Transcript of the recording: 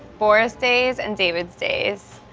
boris days and david's days.